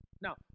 Now